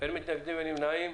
אין מתנגדים, אין נמנעים.